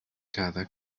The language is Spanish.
cada